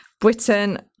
Britain